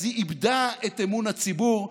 אז היא איבדה את אמון הציבור.